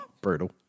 Brutal